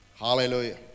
hallelujah